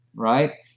right?